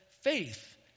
faith